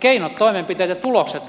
keinot toimenpiteet ja tulokset ovat kyllä pitäneet